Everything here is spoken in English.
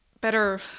better